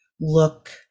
look